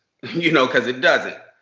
you know, because it doesn't.